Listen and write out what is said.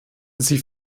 sie